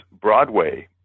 Broadway